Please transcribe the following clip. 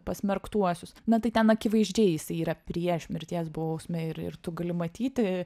pasmerktuosius na tai ten akivaizdžiai jisai yra prieš mirties bausmę ir ir tu gali matyti